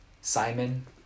Simon